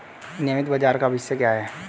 नियमित बाजार का भविष्य क्या है?